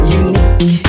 unique